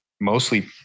mostly